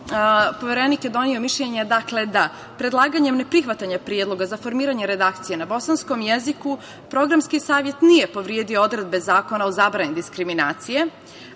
Poverenik je doneo mišljenje da predlaganjem neprihvatanja predloga za formiranje redakcije na bosanskom jeziku Programski savet nije povredio odredbe Zakona o zabrani diskriminacije,